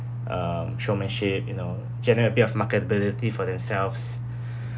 uh showmanship you know general a bit of marketability for themselves